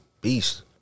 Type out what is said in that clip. Beast